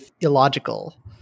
illogical